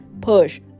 push